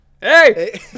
Hey